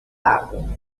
água